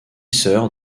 sœur